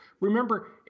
Remember